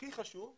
הכי חשוב,